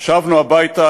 שבנו הביתה,